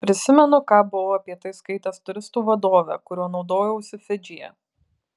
prisimenu ką buvau apie tai skaitęs turistų vadove kuriuo naudojausi fidžyje